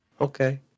okay